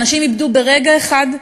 אנשים איבדו ברגע אחד,